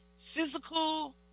physical